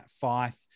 Fife